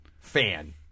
Fan